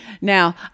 Now